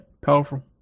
powerful